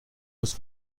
muss